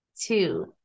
two